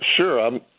sure